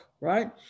right